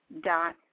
dot